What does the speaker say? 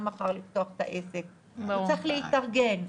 מחר לפתוח את העסק כי צריך להתארגן,